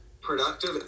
productive